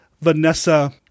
Vanessa